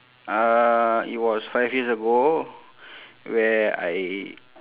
uh it was five years ago where I